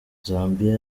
zambiya